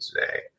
today